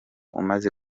umaze